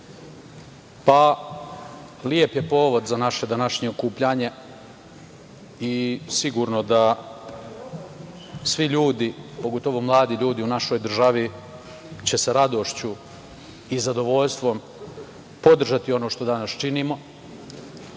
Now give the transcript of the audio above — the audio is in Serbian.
lep je povod za naše današnje okupljanje i sigurno da svi ljudi, pogotovo mladi ljudi u našoj državi će sa radošću i zadovoljstvom podržati ono što danas činimo.